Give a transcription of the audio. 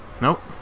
Nope